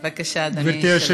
בבקשה, אדוני, שלוש דקות.